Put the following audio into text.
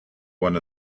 one